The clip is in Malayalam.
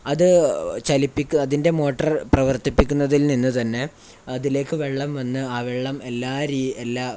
അത് അതിൻ്റെ മോട്ടർ പ്രവർത്തിപ്പിക്കുന്നതിൽ നിന്ന് തന്നെ അതിലേക്ക് വെള്ളം വന്ന് ആ വെള്ളം എല്ലാ